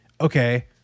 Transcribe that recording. okay